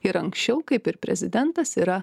ir anksčiau kaip ir prezidentas yra